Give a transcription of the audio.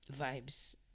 Vibes